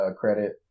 credit